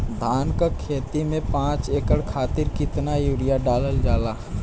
धान क खेती में पांच एकड़ खातिर कितना यूरिया डालल जाला?